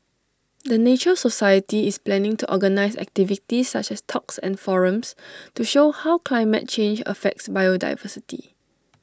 the nature society is planning to organise activities such as talks and forums to show how climate change affects biodiversity